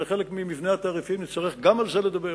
זה חלק ממבנה התעריפים, גם על זה נצטרך לדבר.